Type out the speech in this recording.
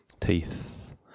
teeth